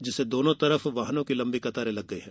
जिससे दोनों ओर वाहनों की लंबी कतारें लग गई हैं